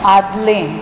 आदलें